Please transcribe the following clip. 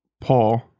Paul